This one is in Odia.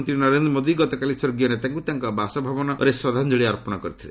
ପ୍ରଧାନମନ୍ତ୍ରୀ ନରେନ୍ଦ୍ର ମୋଦି ଗତକାଲି ସ୍ୱର୍ଗୀୟ ନେତାଙ୍କୁ ତାଙ୍କ ବାସବନାଗୁଡ଼ି ବାସଭବନଠାରେ ଶ୍ରଦ୍ଧାଞ୍ଜଳି ଅର୍ପଣ କରିଥିଲେ